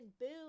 boom